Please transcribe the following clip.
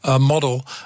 model